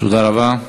תודה רבה.